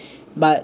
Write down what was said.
but